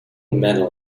medal